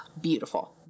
beautiful